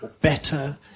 better